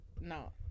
No